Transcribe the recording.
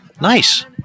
Nice